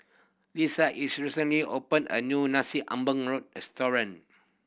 Lisa recently opened a new Nasi Ambeng restaurant